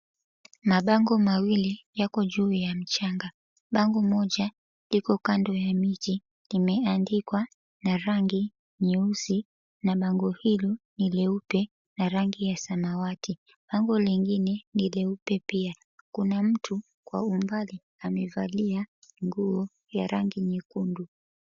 Mabango mawili yako juu ya mchanga, bango moja liko kando ya miti limeandikwa na rangi nyeusi na bango hilo ni leupe na rangi ya samawati, bango lingine ni leupe pia kuna mtu kwa umbali amevalia nguo ya rangi nyekundu.